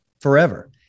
forever